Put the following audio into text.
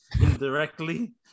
indirectly